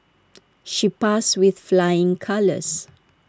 she passed with flying colours